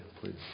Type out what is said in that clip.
please